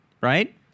right